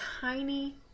tiny